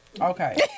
Okay